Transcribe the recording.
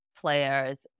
players